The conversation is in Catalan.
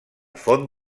font